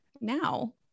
now